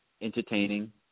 entertaining